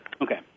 Okay